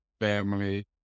family